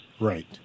Right